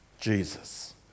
Jesus